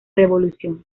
revolución